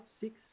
six